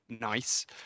nice